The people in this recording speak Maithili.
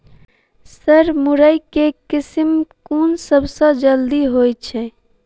सर मुरई केँ किसिम केँ सबसँ जल्दी होइ छै?